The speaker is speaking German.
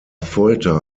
folter